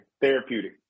therapeutic